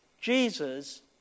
Jesus